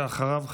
ואחריו,